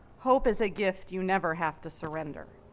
hope is a gift you never have to surrender.